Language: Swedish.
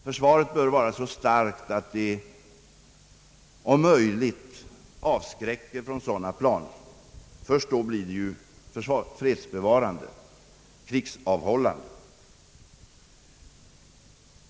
Försvaret bör vara så starkt att det om möjligt avskräcker från sådana planer — först då blir det fredsbevarande och krigsavhållande.